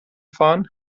fahren